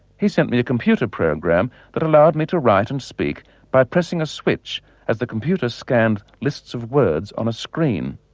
he sent me a computer program that allowed me to write and speak by pressing a switch as the computer scanned lists of words on a screen.